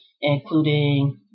including